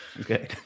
Okay